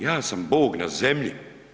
Ja sam Bog na zemlji.